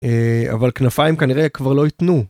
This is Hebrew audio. אבל כנפיים כנראה כבר לא ייתנו.